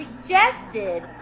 suggested